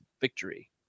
victory